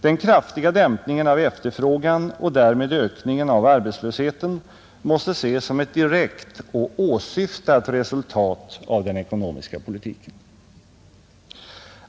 Den kraftiga dämpningen av efterfrågan och därmed ökningen av arbetslösheten måste ses som ett direkt och åsyftat resultat av den ekonomiska politiken.